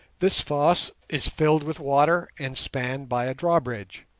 this fosse is filled with water and spanned by a drawbridge,